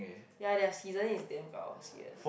ya their seasoning is damn gao serious